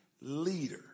leader